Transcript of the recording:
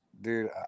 Dude